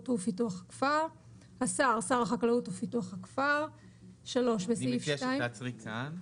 ופיתוח הכפר; "השר" שר החקלאות ופיתוח הכפר."; אני מציע שתעצרי כאן.